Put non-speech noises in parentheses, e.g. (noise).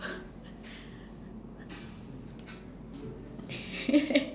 (laughs)